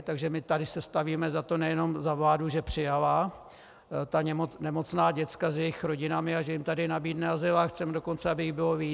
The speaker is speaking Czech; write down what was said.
Takže my tady se stavíme za to nejenom za vládu, že přijala ta nemocná děcka s jejich rodinami a že jim tady nabídne azyl, ale chceme dokonce, aby jich bylo víc.